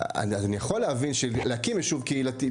אני יכול להבין שלהקים ישוב קהילתי,